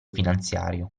finanziario